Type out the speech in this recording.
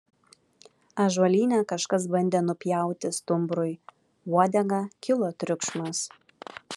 ąžuolyne kažkas bandė nupjauti stumbrui uodegą kilo triukšmas